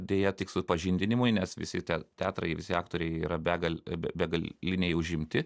deja tik supažindinimui nes visi teatrai visi aktoriai yra begale begaliniai užimti